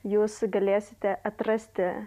jūs galėsite atrasti